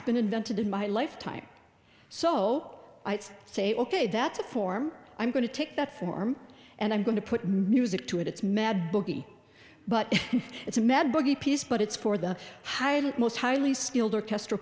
been invented in my lifetime so i say ok that's a form i'm going to take that form and i'm going to put music to it it's mad buggy but it's a mad buggy piece but it's for the high end most highly skilled or kest